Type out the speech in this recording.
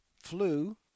flu